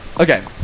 Okay